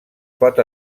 pot